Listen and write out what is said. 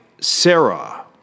Sarah